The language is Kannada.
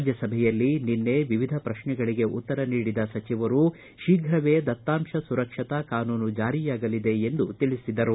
ರಾಜ್ಯಸಭೆಯಲ್ಲಿ ನಿನ್ನೆ ವಿವಿಧ ಪ್ರಶ್ನೆಗಳಿಗೆ ಉತ್ತರ ನೀಡಿದ ಸಚಿವರು ಶೀಘವೇ ದತ್ತಾಂಶ ಸುಕ್ಷತಾ ಕಾನೂನು ಜಾರಿಯಾಗಲಿದೆ ಎಂದು ತಿಳಿಸಿದರು